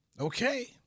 Okay